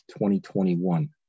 2021